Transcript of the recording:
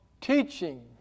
teaching